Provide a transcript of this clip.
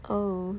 oh